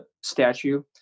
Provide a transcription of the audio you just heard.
statue